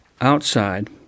outside